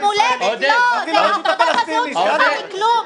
המולדת --- תעודת הזהות שלך היא כלום.